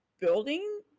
building